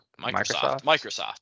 Microsoft